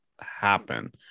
happen